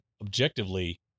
objectively